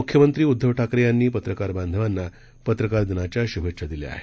मुख्यमंत्री उद्दव ठाकरे यांनी पत्रकार बांधवांना पत्रकार दिनाच्या शुभेच्छा दिल्या आहेत